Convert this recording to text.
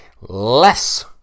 Less